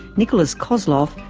nikolas kozloff,